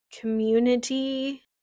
community